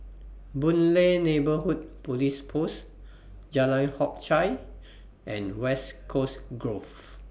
Boon Lay Neighbourhood Police Post Jalan Hock Chye and West Coast Grove